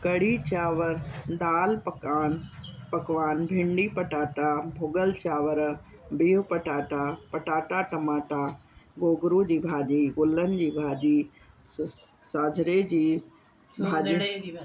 कढ़ी चांवर दालि पकान पकवान भिंडी पटाटा भुॻल चावंर भिह पटाटा पटाटा टमाटा गोगरूं जी भाॼी गुलनि जी भाॼी स स्वाजरे जी